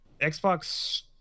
Xbox